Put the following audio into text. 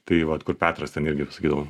tai vat kur petras ten irgi sakydavo